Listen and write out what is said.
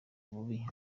bubi